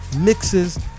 mixes